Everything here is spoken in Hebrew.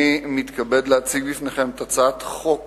אני מתכבד להציג בפניכם את הצעת חוק